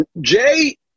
Jay